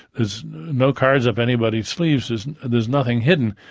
there's no cards up anybody's sleeves, there's there's nothing hidden.